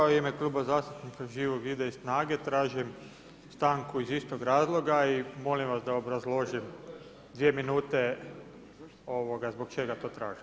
U ime Kluba zastupnika Živog zida i SNAGA-e, tražim stanku iz istog razloga i molim vas da obrazložim dvije minute zbog čega to tražim.